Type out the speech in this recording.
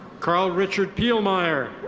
karl richard pielmeier.